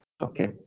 Okay